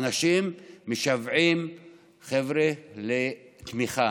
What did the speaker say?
חבר'ה, האנשים משוועים לתמיכה,